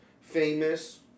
famous